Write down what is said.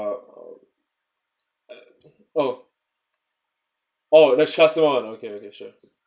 oh oh that's just one okay okay sure